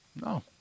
No